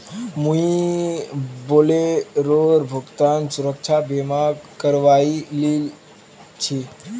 मुई बोलेरोर भुगतान सुरक्षा बीमा करवइ लिल छि